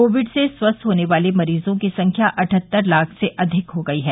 Covid से स्वस्थ होने वाले मरीजों की संख्या अठहत्तर लाख से अधिक हो गई है